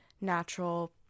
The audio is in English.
natural